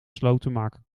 slotenmaker